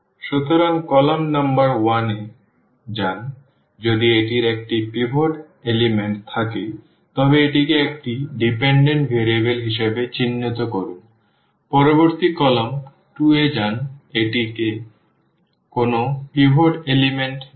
সুতরাং column number 1 এ যান যদি এটির একটি পিভট উপাদান থাকে তবে এটিকে একটি নির্ভরশীল ভেরিয়েবল হিসাবে চিহ্নিত করুন পরবর্তী কলাম 2 এ যান এটিতে কোনও পিভট উপাদান নেই